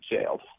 jailed